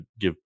give